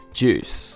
juice